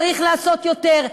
צריך לעשות יותר,